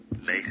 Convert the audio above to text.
Later